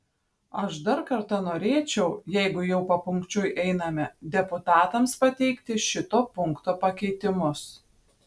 aš dar kartą norėčiau jeigu jau papunkčiui einame deputatams pateikti šito punkto pakeitimus